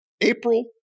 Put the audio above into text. April